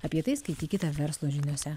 apie tai skaitykite verslo žiniose